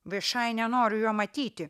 visai nenoriu jo matyti